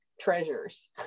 treasures